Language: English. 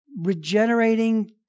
regenerating